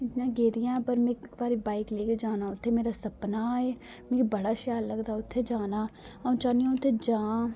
इयां में गेदियां हां पर में इक बारी बाइक लेइयै जाना उत्थै मेरा सपना ऐ मिगी बड़ा शैल लगदा उत्थै जाना अ'ऊं चाह्न्नी आं उत्थै जां